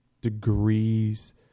degrees